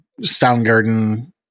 Soundgarden